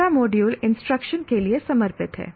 पूरा module instruction के लिए समर्पित है